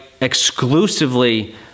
exclusively